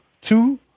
two